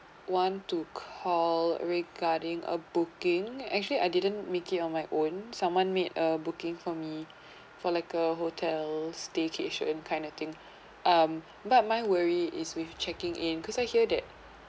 want to call regarding a booking actually I didn't make it on my own someone made a booking for me for like a hotel staycation kind of thing um but my worry is with checking in because I hear that